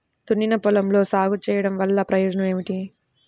దున్నిన పొలంలో సాగు చేయడం వల్ల ప్రయోజనం ఏమిటి?